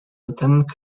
lieutenant